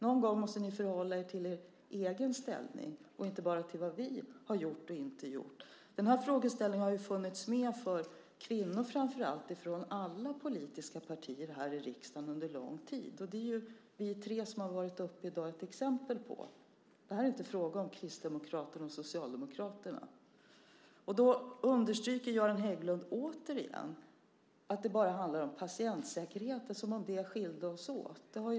Någon gång måste ni förhålla er till er egen ställning och inte bara till vad vi har gjort och inte gjort. Den här frågeställningen har ju funnits med under lång tid, framför allt för kvinnor, i alla politiska partier här i riksdagen. Det är ju vi tre som har varit uppe här i talarstolen i dag exempel på. Det här är inte fråga om Kristdemokraterna och Socialdemokraterna. Göran Hägglund understryker återigen att det bara handlar om patientsäkerheten, som om det skilde oss åt.